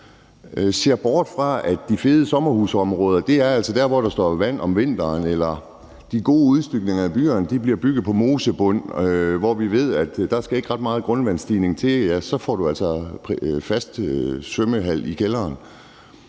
ser bort fra, at de fede sommerhusområder altså er der, hvor der står vand om vinteren, og ser bort fra, at de gode udstykninger af byerne bliver bygget på mosebund, hvor vi ved at der ikke skal ret stor grundvandsstigning til, før man altså får fast svømmehal i kælderen.